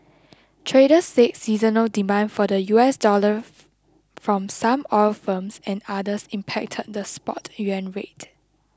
traders said seasonal demand for the U S dollar from some oil firms and others impacted the spot yuan rate